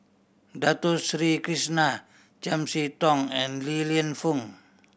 Dato Sri Krishna Chiam See Tong and Li Lienfung